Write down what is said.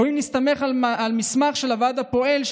ואם נסתמך על מסמך של הוועד הפועל,